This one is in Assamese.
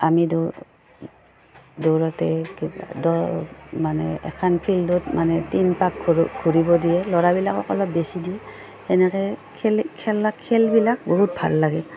আমি দৌ দৌৰোতে কিবা দ মানে এখন ফিল্ডত মানে তিনি পাক ঘ ঘূৰিব দিয়ে ল'ৰাবিলাকক অলপ বেছি দিয়ে তেনেকৈ খেলি খেলা খেলবিলাক বহুত ভাল লাগে